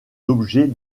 l’objet